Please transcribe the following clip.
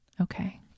Okay